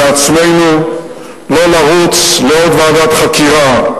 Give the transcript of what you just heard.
לעצמנו לא לרוץ לעוד ועדת חקירה,